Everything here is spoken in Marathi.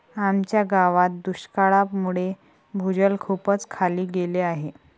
आमच्या गावात दुष्काळामुळे भूजल खूपच खाली गेले आहे